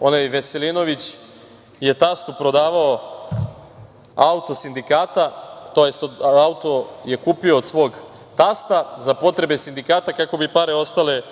onaj Veselinović je tastu prodavao auto sindikata, tj. auto je kupio od svog tasta za potrebe sindikata kako bi pare ostale u